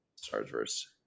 Starsverse